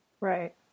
Right